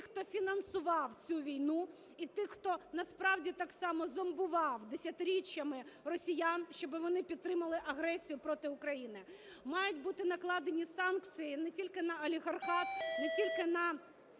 хто фінансував цю війну, і тих, хто насправді так само зомбував десятиріччями росіян, щоби вони підтримали агресію проти України. Мають бути накладені санкції не тільки на олігархат, не тільки на